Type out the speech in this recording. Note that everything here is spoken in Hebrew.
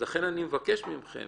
לכן אני מבקש מכם